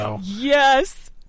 Yes